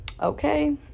Okay